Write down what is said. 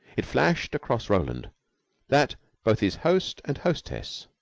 it flashed across roland that both his host and hostess